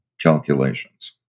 calculations